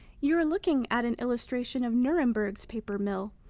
you are looking at an illustration of nuremberg's paper mill,